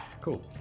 Cool